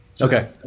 Okay